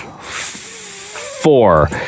four